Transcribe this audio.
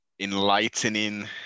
Enlightening